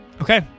Okay